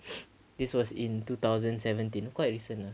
this was in two thousand seventeen quite recent lah